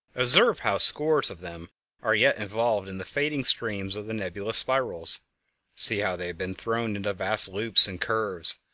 observe how scores of them are yet involved in the fading streams of the nebulous spirals see how they have been thrown into vast loops and curves,